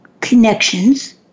connections